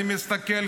אני מסתכל.